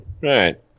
Right